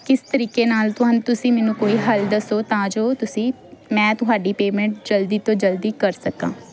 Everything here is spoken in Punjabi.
ਕਿਸ ਤਰੀਕੇ ਨਾਲ ਤੁਹਾਨ ਤੁਸੀਂ ਮੈਨੂੰ ਕੋਈ ਹਲ ਦੱਸੋ ਤਾਂ ਜੋ ਤੁਸੀਂ ਮੈਂ ਤੁਹਾਡੀ ਪੇਮੈਂਟ ਜਲਦੀ ਤੋਂ ਜਲਦੀ ਕਰ ਸਕਾਂ